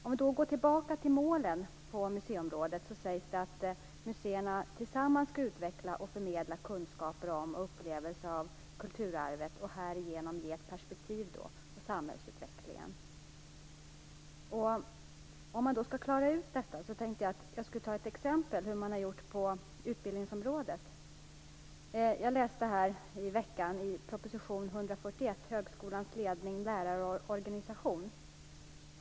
Om vi går tillbaka till målen på museiområdet finner vi att det att det sägs att museerna tillsammans skall utveckla och förmedla kunskaper om och upplevelser av kulturarvet samt härigenom ge ett perspektiv på samhällsutvecklingen. Jag skulle som exempel vilja tala om hur man har gjort på utbildningsområdet. Häromveckan läste jag Utbildningsdepartementets proposition 1996/97:141 Högskolans ledning, lärande och organisation.